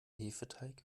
hefeteig